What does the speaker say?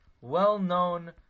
well-known